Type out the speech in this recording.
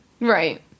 Right